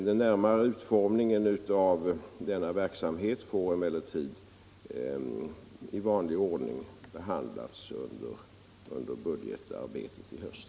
Den närmare utformningen av denna verksamhet får emellertid i vanlig ordning behandlas under budgetarbetet i höst.